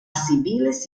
civiles